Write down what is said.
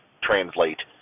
translate